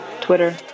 Twitter